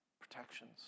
Protections